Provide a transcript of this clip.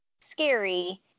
scary